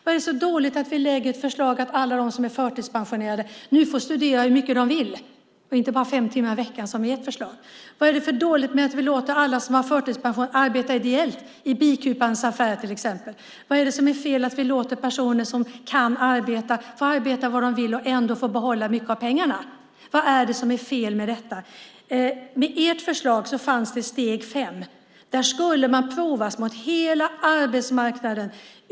Vad är det som är dåligt med att vi lägger fram ett förslag om att alla som är förtidspensionerade nu får studera hur mycket de vill, inte endast fem timmar i veckan som är ert förslag? Vad är det för dåligt med att vi låter alla som har förtidspension arbeta ideellt, till exempel i Bikupans affärer? Vad är det för fel med att vi låter personer som kan arbeta få arbeta var de vill och ändå få behålla mycket av pengarna? Vad är det som är fel med detta? I ert förslag fanns ett steg fem. Där skulle man prövas mot hela arbetsmarknaden.